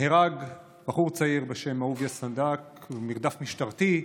נהרג בחור צעיר בשם אהוביה סנדק במרדף משטרתי.